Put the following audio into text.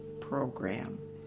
program